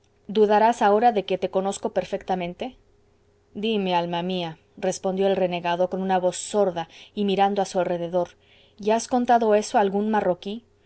mulero dudarás ahora de que te conozco perfectamente dime alma mía respondió el renegado con voz sorda y mirando a su alrededor y has contado eso a algún marroquí